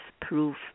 proof